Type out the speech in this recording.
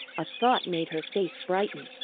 a thought made her face brighten.